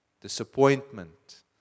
Disappointment